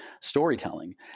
storytelling